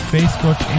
Facebook